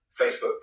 Facebook